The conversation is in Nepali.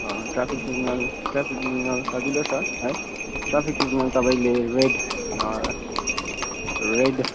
ट्राफिक सिग्नल ट्राफिक सिग्नल सजिलो छ है ट्राफिक सिग्नल तपाईँले रेड रेड